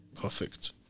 Perfect